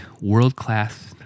world-class